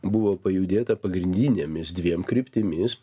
buvo pajudėta pagrindinėmis dviem kryptimis